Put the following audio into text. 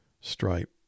stripe